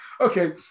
Okay